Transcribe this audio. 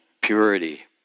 purity